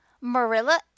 Marilla